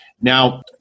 Now